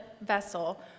vessel